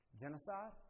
Genocide